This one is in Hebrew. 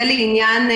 לגבי